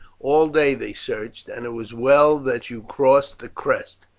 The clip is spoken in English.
all day they searched, and it was well that you crossed the crest.